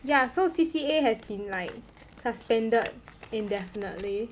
ya so C_C_A has been like suspended indefinitely